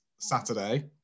Saturday